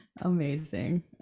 Amazing